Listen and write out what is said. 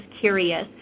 curious